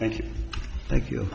thank you thank you